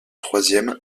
troisième